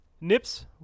Nips